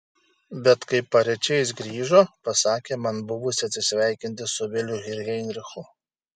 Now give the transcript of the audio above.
bet kai paryčiais grįžo pasakė man buvusi atsisveikinti su viliu ir heinrichu